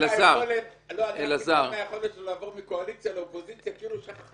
אני מתפעל מהיכולת שלו לעבור מקואליציה לאופוזיציה כאילו הוא שכח את